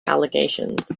allegations